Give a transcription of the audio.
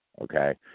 okay